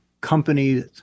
companies